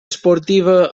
esportiva